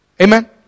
Amen